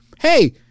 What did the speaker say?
hey